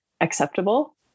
acceptable